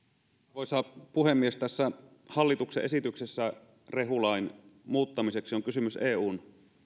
arvoisa puhemies tässä hallituksen esityksessä rehulain muuttamiseksi on kysymys eun